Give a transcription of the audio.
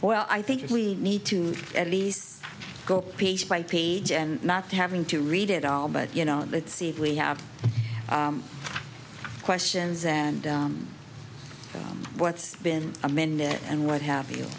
well i think we need to at least go page by page and not having to read it all but you know let's see if we have sessions and what's been amended and what have you